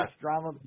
drama